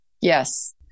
Yes